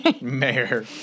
Mayor